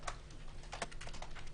ניר?